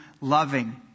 loving